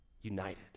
united